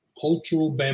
cultural